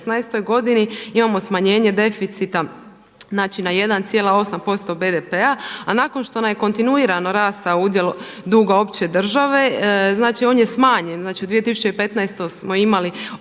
godini imamo smanjenje deficita, znači na 1,8% BDP-a a nakon što nam je kontinuirano rastao udjel duga opće države znači on je smanjen, znači u 2015. smo imali